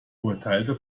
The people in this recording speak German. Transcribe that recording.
urteilte